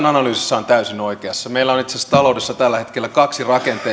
analyysissään täysin oikeassa meillä on itse asiassa taloudessa tällä hetkellä kaksi